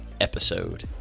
episode